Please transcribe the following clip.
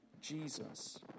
Jesus